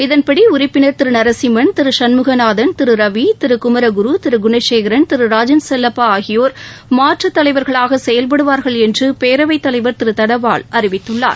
இதன்படி உறுப்பினர் திரு நரசிம்மன் திரு சண்முகநாதன் திரு ரவி திரு குமரகுரு திரு குணசேகரன் திரு ராஜன் செல்லப்பா ஆகியோர் மாற்றுத் தலைவர்களாக செயல்படுவார்கள் என்று பேரவைத் தலைவர் திரு தனபால் அறிவித்துள்ளார்